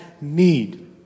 need